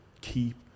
keep